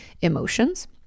emotions